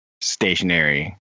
stationary